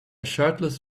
shirtless